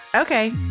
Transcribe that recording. okay